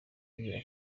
ambwira